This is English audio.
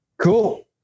Cool